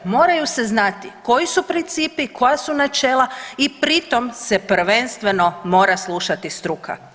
Moraju se znati koji su principi, koja su načela i pri tome se prvenstveno mora slušati struka.